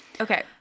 Okay